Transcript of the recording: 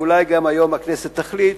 ואולי היום הכנסת תחליט,